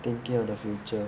thinking of the future